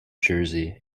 jersey